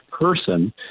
person